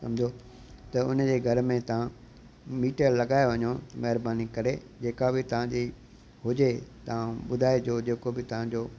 सम्झो त उन जे घर में तव्हां मीटर लॻाए वञो महिरबानी करे जेका बि तव्हांजी हुजे तव्हां ॿुधाइजो जेको बि तव्हांजो